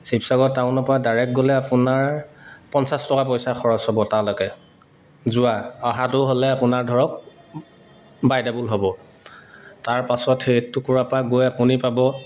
শিৱসাগৰ টাউনৰ পৰা ডাইৰেক্ট গ'লে আপোনাৰ পঞ্চাছ টকা পইচা খৰচ হ'ব তালৈকে যোৱা অহাটো হ'লে আপোনাৰ ধৰক বাই ডাবল হ'ব তাৰপাছত সেইটুকুৰা পৰা গৈ আপুনি পাব